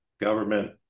government